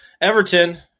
Everton